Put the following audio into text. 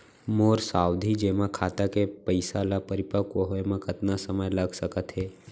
मोर सावधि जेमा खाता के पइसा ल परिपक्व होये म कतना समय लग सकत हे?